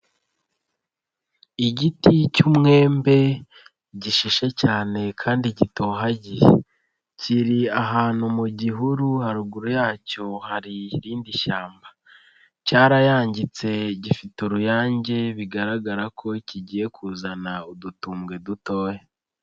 Igiti cy'umwembe gishishe cyane kandi gitohagiye, kiri ahantu mu gihuru haruguru yacyo hari irindi shyamba, cyarayangitse gifite uruyange bigaragara ko kigiye kuzana udutumbwe dutoya.